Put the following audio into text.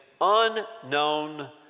unknown